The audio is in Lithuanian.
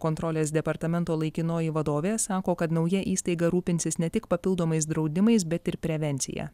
kontrolės departamento laikinoji vadovė sako kad nauja įstaiga rūpinsis ne tik papildomais draudimais bet ir prevencija